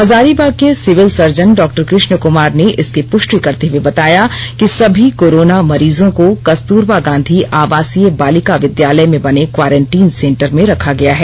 हजारीबाग के civil surgeon Dr Krishna Kumar ने इसकी पुष्टि करते हये बताया कि सभी कोरोना मरीजों को कस्तूरबा गांधी आवासीय बालिका विद्यालय में बने क्वांरटीन सेंटर में रखा गया है